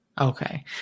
Okay